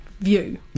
view